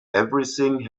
everything